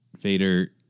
Vader